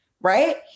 right